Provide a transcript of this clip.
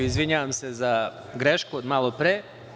Izvinjavam se za grešku od malopre.